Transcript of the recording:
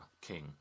king